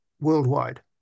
worldwide